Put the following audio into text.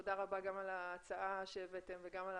תודה רבה גם על ההצעה שהבאתם וגם על